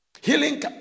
Healing